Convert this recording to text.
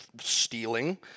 stealing